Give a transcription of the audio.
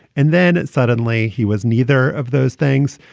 and then suddenly he was neither of those things.